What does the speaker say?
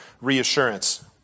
reassurance